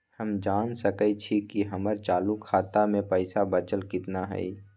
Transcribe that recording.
हम जान सकई छी कि हमर चालू खाता में पइसा बचल कितना हई